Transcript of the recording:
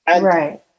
Right